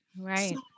Right